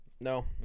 No